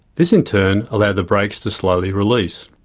this in turn allowed the brakes to slowly release.